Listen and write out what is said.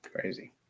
Crazy